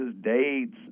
dates